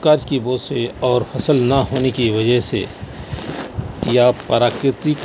قرض کی بوجھ سے اور فصل نہ ہونے کی وجہ سے یا پراکرتک